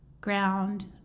ground